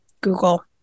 Google